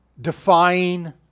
defying